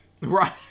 Right